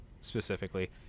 specifically